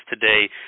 today